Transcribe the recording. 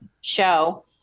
show